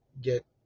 get